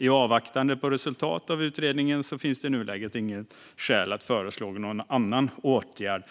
I avvaktan på resultatet av utredningen finns det i nuläget inget skäl att föreslå någon annan åtgärd